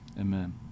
amen